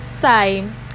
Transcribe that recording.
time